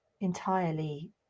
entirely